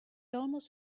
almost